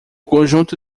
conjunto